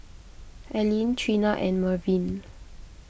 Aleen Trina and Mervin